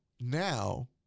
Now